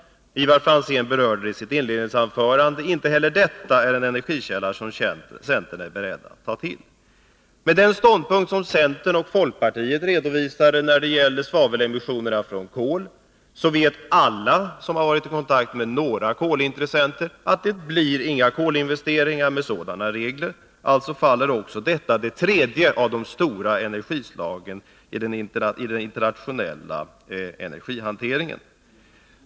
Ivar Franzén berörde det i sitt inledningsanförande. Inte heller detta är en energikälla som centern är beredd att ta till. I fråga om den ståndpunkt som centern och folkpartiet redovisade när det gäller svavelemissionerna från kol vet alla som har varit i kontakt med några kolintressenter att det blir inga kolinvesteringar med sådana regler. Alltså faller också detta, det tredje av de stora energislagen.